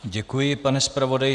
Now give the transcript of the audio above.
Děkuji, pane zpravodaji.